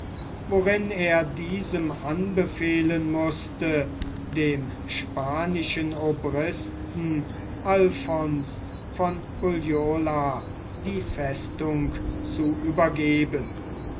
worin er diesem anbefehlen mußte dem spanischen obristen alphons von ulloa die festung zu übergeben